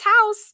house